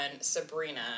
Sabrina